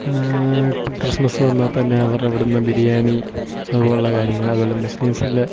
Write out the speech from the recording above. Christmas വന്നാൽ തന്നെ അവരുടെ അവിടെ നിന്ന് ബിരിയാണി അതുപോലെയുള്ള കാര്യങ്ങൾ അതുപോലെ മുസ്ലിംസിൻ്റെ